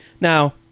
now